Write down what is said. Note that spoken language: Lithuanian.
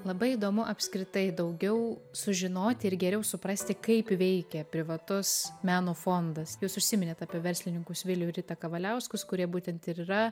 labai įdomu apskritai daugiau sužinoti ir geriau suprasti kaip veikia privatus meno fondas jūs užsiminėt apie verslininkus vilių ir ritą kavaliauskus kurie būtent ir yra